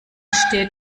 steht